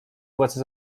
płacę